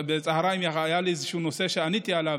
בצוהריים היה לי איזה נושא שעניתי עליו,